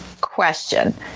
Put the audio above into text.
question